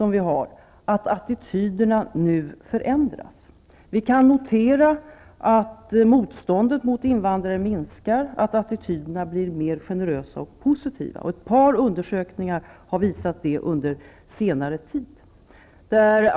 är glädjande att attityderna nu förändras. Vi kan notera att motståndet mot invandrare minskar och att attityderna blir mer generösa och positiva. Ett par undersökningar under senare tid har visat på detta.